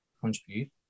contribute